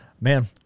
man